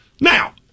Now